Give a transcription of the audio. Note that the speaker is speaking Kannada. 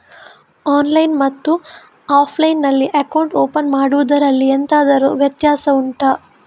ಆನ್ಲೈನ್ ಮತ್ತು ಆಫ್ಲೈನ್ ನಲ್ಲಿ ಅಕೌಂಟ್ ಓಪನ್ ಮಾಡುವುದರಲ್ಲಿ ಎಂತಾದರು ವ್ಯತ್ಯಾಸ ಉಂಟಾ